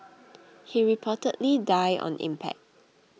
he reportedly died on impact